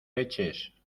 leches